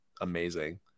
amazing